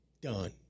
done